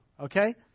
okay